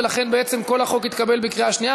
ולכן כל החוק התקבל בקריאה שנייה.